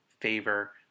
favor